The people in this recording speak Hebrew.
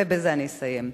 ובזה אני אסיים.